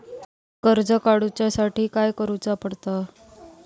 कर्ज काडूच्या साठी काय करुचा पडता?